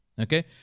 Okay